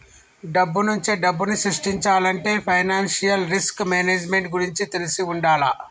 డబ్బునుంచే డబ్బుని సృష్టించాలంటే ఫైనాన్షియల్ రిస్క్ మేనేజ్మెంట్ గురించి తెలిసి వుండాల